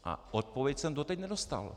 A odpověď jsem doteď nedostal.